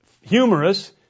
humorous